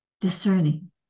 discerning